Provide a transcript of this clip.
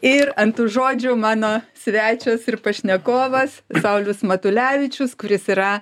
ir ant tų žodžių mano svečias ir pašnekovas saulius matulevičius kuris yra